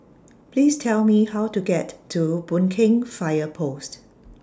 Please Tell Me How to get to Boon Keng Fire Post